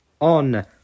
on